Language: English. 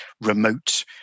remote